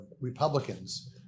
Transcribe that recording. Republicans